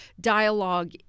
dialogue